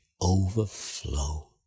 overflow